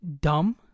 dumb